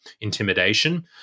intimidation